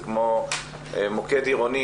זה כמו מוקד עירוני,